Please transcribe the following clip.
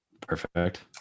Perfect